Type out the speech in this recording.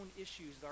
issues